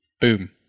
Boom